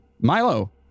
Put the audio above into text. milo